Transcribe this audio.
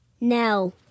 No